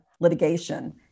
litigation